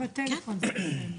גם בטלפון זה בסדר.